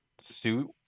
suit